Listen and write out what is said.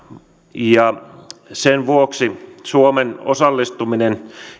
sen vuoksi suomen osallistuminen